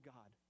God